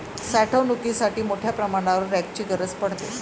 साठवणुकीसाठी मोठ्या प्रमाणावर रॅकची गरज पडते